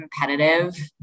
competitive